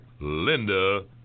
Linda